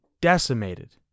decimated